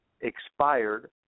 expired